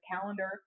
calendar